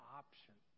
option